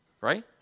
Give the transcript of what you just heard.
Right